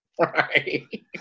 Right